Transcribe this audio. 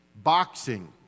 Boxing